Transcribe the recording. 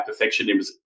perfectionism